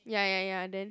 ya ya ya then